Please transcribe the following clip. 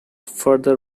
further